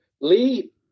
Lee